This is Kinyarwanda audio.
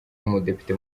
umudepite